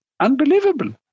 unbelievable